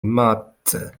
matce